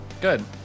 Good